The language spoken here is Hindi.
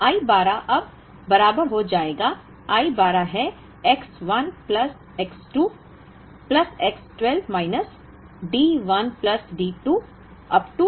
तो I 12 अब बराबर हो जाएगा I 12 है X 1 plus X 2 plus X 12 minus D1 plus D 2 up to D12 तक है